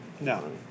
No